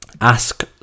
ask